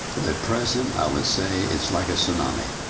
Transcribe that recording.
at present, i would say it's like a tsunami.